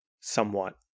somewhat